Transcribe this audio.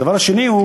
הדבר השני,